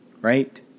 Right